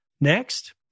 Next